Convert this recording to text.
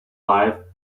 life